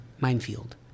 minefield